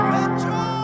Metro